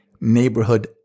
Neighborhood